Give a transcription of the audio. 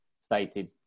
stated